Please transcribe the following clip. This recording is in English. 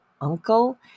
uncle